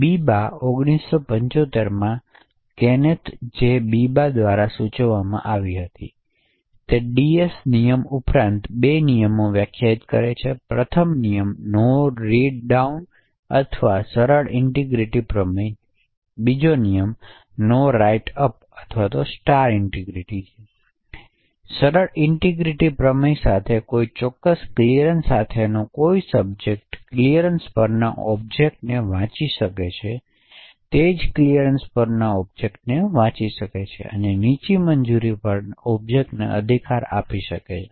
બીબા 1975 માં Kenneth J Biba દ્વારા સૂચવવામાં આવી હતી અને તે ડીએસ નિયમ ઉપરાંત બે નિયમોની વ્યાખ્યા આપે છે પ્રથમ નિયમ "નો રીડ ડાઉન" અથવા સરળ ઇનટીગ્રીટી પ્રમેય નથી જ્યારે બીજો નિયમ "નો રાઇટ અપ" અથવા સ્ટાર ઇનટીગ્રીટી છે તેથી સરળ ઇનટીગ્રીટીના પ્રમેય સાથે કોઈ ચોક્કસ ક્લિઅરન્સ સાથેનો કોઈ સબ્જેક્ટ ક્લિઅરન્સ પરની ઓબ્જેક્ટ્સ વાંચી શકે છે તે જ ક્લિઅરન્સ પર ઓબ્જેક્ટ્સ પણ વાંચી શકે છે અને તે નીચી મંજૂરી પર ઓબ્જેક્ટ્સને અધિકાર આપી શકે છે